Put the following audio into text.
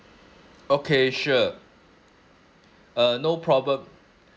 okay sure uh no problem